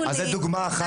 זה דוגמה אחת ספציפית.